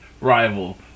rival